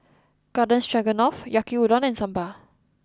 Garden Stroganoff Yaki Udon and Sambar